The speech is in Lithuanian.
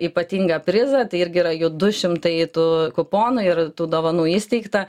ypatingą prizą tai irgi yra jų du šimtai tų kuponų ir tų dovanų įsteigta